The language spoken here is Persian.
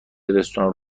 رستوران